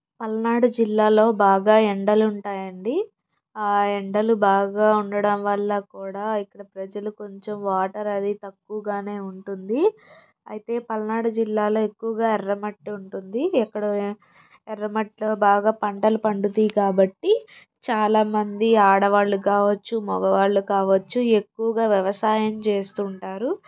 పల్నాడు జిల్లాలో బాగా ఎండలు ఉంటాయండి ఆ ఎండలు బాగా ఉండటం వల్ల కూడా ఇక్కడ ప్రజలు కొంచెం వాటర్ అది తక్కువగానే ఉంటుంది అయితే పల్నాడు జిల్లాలో ఎక్కువగా ఎర్రమట్టి ఉంటుంది ఇక్కడ ఎర్రమట్టిలో బాగా పంటలు పండుతాయి కాబట్టి చాలామంది ఆడవాళ్లు కావచ్చు మగవాళ్ళు కావచ్చు ఎక్కువగా వ్యవసాయం చేస్తుంటారు